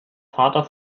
vater